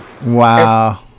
Wow